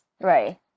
Right